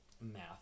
math